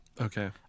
okay